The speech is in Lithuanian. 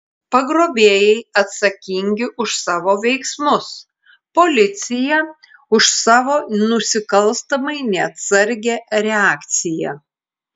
pagrobėjai atsakingi už savo veiksmus policija už savo nusikalstamai neatsargią reakciją